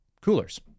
Coolers